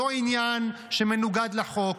זה לא עניין שמנוגד לחוק,